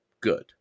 good